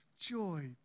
joy